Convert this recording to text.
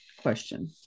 question